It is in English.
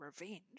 revenge